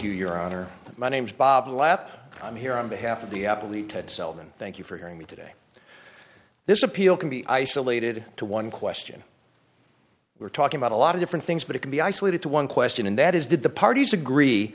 you your honor my name's bob lap i'm here on behalf of the happily to seldon thank you for hearing me today this appeal can be isolated to one question we're talking about a lot of different things but it can be isolated to one question and that is that the parties agree